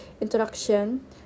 introduction